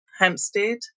Hampstead